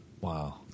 Wow